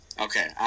Okay